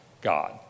God